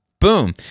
Boom